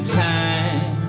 time